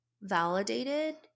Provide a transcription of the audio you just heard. validated